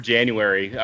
January